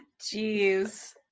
jeez